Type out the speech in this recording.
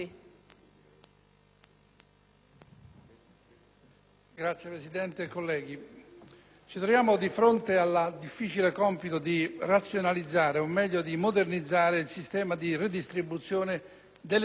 Signora Presidente, colleghi, ci troviamo di fronte al difficile compito di razionalizzare o, meglio, di modernizzare il sistema di redistribuzione delle risorse all'interno del nostro Paese.